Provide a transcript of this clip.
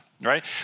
right